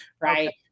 right